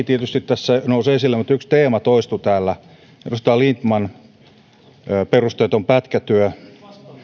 tietysti nousi esille mutta yksi teema täällä toistui edustaja lindtman perusteeton pätkätyö